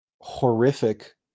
horrific